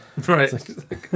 right